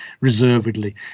reservedly